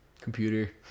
Computer